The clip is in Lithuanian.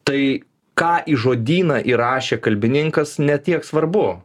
tai ką į žodyną įrašė kalbininkas ne tiek svarbu